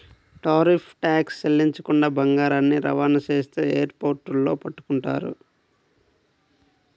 tariff tax చెల్లించకుండా బంగారాన్ని రవాణా చేస్తే ఎయిర్ పోర్టుల్లో పట్టుకుంటారు